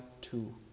two